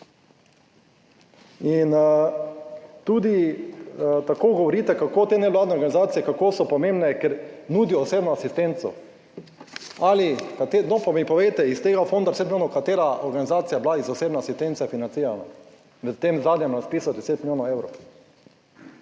In tudi, tako govorite kako te nevladne organizacije, kako so pomembne, ker nudijo osebno asistenco. No, pa mi povejte iz tega fonda vse, katera organizacija je bila iz osebne asistence financirana v tem zadnjem razpisu 10 milijonov evrov?